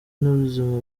y’ubuzima